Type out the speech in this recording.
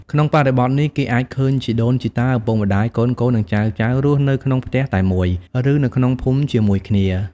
ក្នុងបរិបទនេះ គេអាចឃើញជីដូនជីតា ឪពុកម្ដាយ កូនៗ និងចៅៗ រស់នៅក្នុងផ្ទះតែមួយ ឬនៅក្នុងភូមិជាមួយគ្នា។